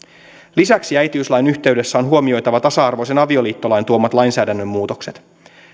lisäksi äitiyslain yhteydessä on huomioitava tasa arvoisen avioliittolain tuomat lainsäädännön muutokset